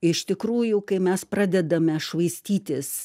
iš tikrųjų kai mes pradedame švaistytis